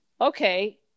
okay